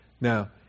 Now